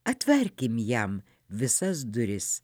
atverkim jam visas duris